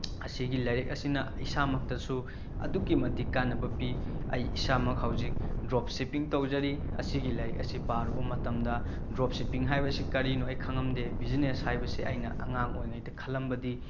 ꯑꯁꯤꯒꯤ ꯂꯥꯏꯔꯤꯛ ꯑꯁꯤꯅ ꯏꯁꯥꯃꯛꯇꯁꯨ ꯑꯗꯨꯛꯀꯤ ꯃꯇꯤꯛ ꯀꯥꯟꯅꯕ ꯄꯤ ꯑꯩ ꯏꯁꯥꯃꯛ ꯍꯧꯖꯤꯛ ꯗ꯭ꯔꯣꯞ ꯁꯤꯞꯄꯤꯡ ꯇꯧꯖꯔꯤ ꯑꯁꯤꯒꯤ ꯂꯥꯏꯔꯤꯛ ꯑꯁꯤ ꯄꯥꯔꯨꯕ ꯃꯇꯝꯗ ꯗ꯭ꯔꯣꯞ ꯁꯤꯞꯄꯤꯡ ꯍꯥꯏꯕꯁꯤ ꯀꯔꯤꯅꯣ ꯑꯩ ꯈꯪꯂꯝꯗꯦ ꯕꯤꯖꯤꯅꯦꯁ ꯍꯥꯏꯕꯁꯦ ꯑꯩꯅ ꯑꯉꯥꯡ ꯑꯣꯏꯔꯤꯉꯩꯗ ꯈꯜꯂꯝꯕꯗꯤ